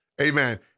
Amen